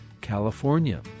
California